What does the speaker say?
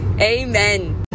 Amen